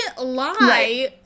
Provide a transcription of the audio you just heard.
lie